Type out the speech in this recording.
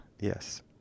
Yes